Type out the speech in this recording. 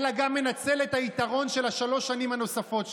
אלא הוא גם מנצל את היתרון של השלוש שנים הנוספות שלו.